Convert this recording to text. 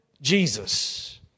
Jesus